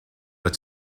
but